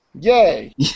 Yay